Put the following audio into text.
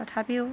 তথাপিও